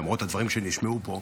למרות הדברים שנשמעו פה,